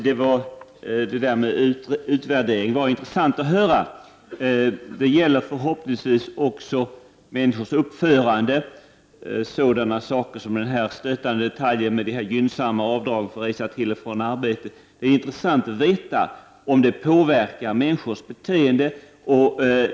Herr talman! Det där med utvärdering var intressant att höra. Det gäller förhoppningsvis också människors uppförande. Det vore intressant att veta om en sådan sak som den stötande detaljen med de gynnsamma avdragen för resor till och från arbetet påverkar människors beteende.